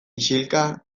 isilka